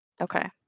Okay